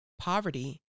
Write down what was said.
poverty